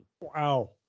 Wow